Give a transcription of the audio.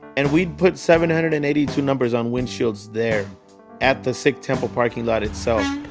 and we put seven hundred and eighty two numbers on windshields there at the sikh temple parking lot itself.